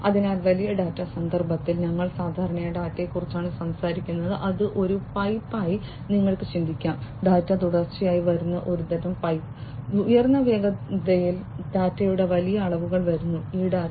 അതിനാൽ വലിയ ഡാറ്റാ സന്ദർഭത്തിൽ ഞങ്ങൾ സാധാരണയായി ഡാറ്റയെക്കുറിച്ചാണ് സംസാരിക്കുന്നത് അത് ഒരു പൈപ്പായി നിങ്ങൾക്ക് ചിന്തിക്കാം ഡാറ്റ തുടർച്ചയായി വരുന്ന ഒരുതരം പൈപ്പ് ഉയർന്ന വേഗതയിൽ ഡാറ്റയുടെ വലിയ അളവുകൾ വരുന്നു ഈ ഡാറ്റ